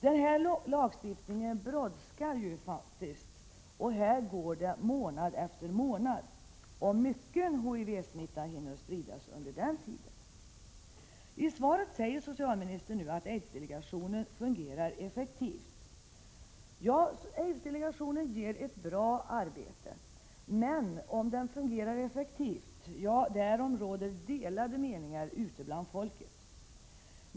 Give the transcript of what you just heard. Den här lagstiftningen brådskar och här går månad efter månad. Mycken HIV-smitta hinner spridas under tiden. I svaret säger socialministern att aidsdelegationen fungerar effektivt. Ja, aidsdelegationen gör ett bra arbete, men om den fungerar effektivt råder det delade meningar om ute bland folket.